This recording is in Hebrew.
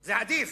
זה עדיף,